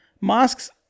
masks